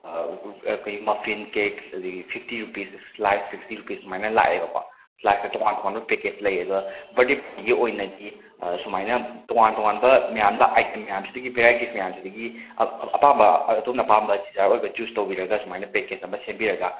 ꯀꯩ ꯃꯐꯤꯟ ꯀꯦꯛ ꯑꯗꯒꯤ fifty rupees slice sixty rupees ꯁꯨꯃꯥꯏꯅ ꯂꯥꯛꯑꯦꯕꯀꯣ ꯂꯥꯏꯛ ꯇꯣꯉꯥꯟ ꯇꯣꯉꯥꯟꯕ ꯄꯦꯀꯦꯠ ꯂꯩ ꯑꯗꯨꯒ ꯕꯥꯔꯗꯦꯒꯤ ꯑꯣꯏꯅꯗꯤ ꯑꯁꯨꯃꯥꯏꯅ ꯇꯣꯉꯥꯟ ꯇꯣꯉꯥꯟꯕ ꯃꯌꯥꯝꯗ ꯑꯥꯏꯇꯦꯝ ꯃꯌꯥꯝꯁꯤꯗꯒꯤ ꯚꯦꯔꯥꯏꯇꯤꯁ ꯃꯌꯥꯝꯁꯤꯗꯒꯤ ꯑꯄꯥꯝꯕ ꯑꯗꯣꯝꯅ ꯑꯄꯥꯝꯕ ꯗꯤꯖꯌꯔ ꯑꯣꯏꯕ ꯆꯨꯁ ꯇꯧꯕꯤꯔꯒ ꯁꯨꯃꯥꯏꯅ ꯄꯦꯀꯦꯠ ꯑꯃ ꯁꯦꯝꯕꯤꯔꯒ